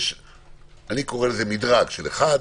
אני קורא לזה מדרג 1,